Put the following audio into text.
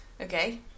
Okay